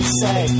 say